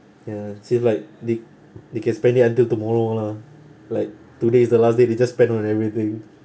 ya say if like they they can spend their until tomorrow lah like today's the last date you just spend on everything